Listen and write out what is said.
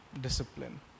Discipline